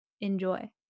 enjoy